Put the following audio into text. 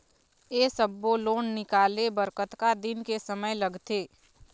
ये सब्बो लोन निकाले बर कतका दिन के समय लगथे?